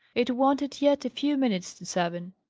it wanted yet a few minutes to seven.